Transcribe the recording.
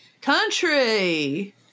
Country